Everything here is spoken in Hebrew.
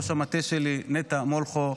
ראש המטה שלי נטע מולכו,